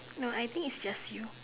no I think is just you